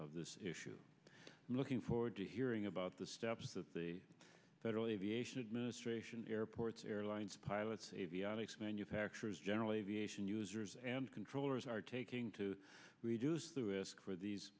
of this issue looking forward to hearing about the steps of the federal aviation administration to airports airlines pilots avionics manufacturers general aviation users and controllers are taking to reduce the risk for these